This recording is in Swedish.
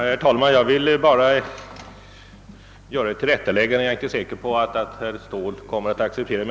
Herr talman! Jag vill göra ett tillrättaläggande, även om jag inte är säker på att herr Ståhl kommer att acceptera det.